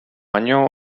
año